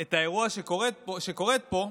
את האירוע שקורה פה,